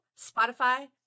spotify